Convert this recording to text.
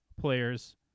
players